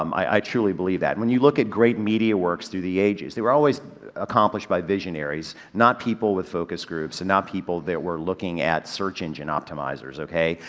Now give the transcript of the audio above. um i, i truly believe that. and when you look at great media works through the ages, they were always accomplished by visionaries, not people with focus groups and not people that were looking at search engine optimizers, ok?